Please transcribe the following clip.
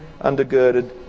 undergirded